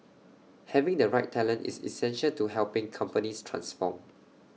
having the right talent is essential to helping companies transform